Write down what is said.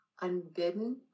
unbidden